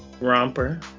romper